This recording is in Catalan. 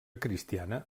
cristiana